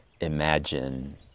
imagine